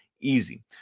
easy